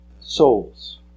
souls